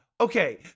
Okay